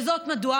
וזאת מדוע?